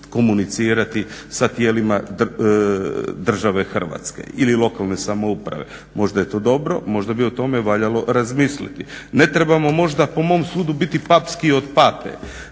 komunicirati sa tijelima države Hrvatske ili tijelima lokalne samouprave. možda je to dobro, možda bi o tome valjalo razmisliti. Ne trebamo možda po mom sudu biti papskiji od pape.